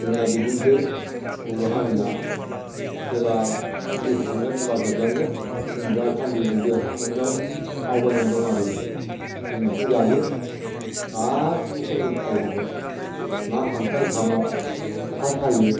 जोंना बिदिनोसै बर' हारिया जेब्ला जिउ थांगोन होनब्ला जोबलांगोन जों दा साननैसो देहा थासान्दिआव आवगायना दं आरो जों जों बेखौ जायो गासैबो हजम खालामजोब्बाय ना खांख्राय साम' खखा सायो